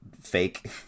fake